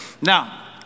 Now